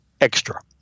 extra